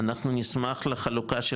אנחנו נשמח לחלוקה של